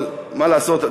אבל מה לעשות,